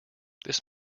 this